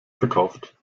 verkauft